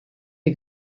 der